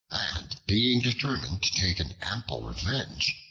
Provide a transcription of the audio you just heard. and being determined to take an ample revenge,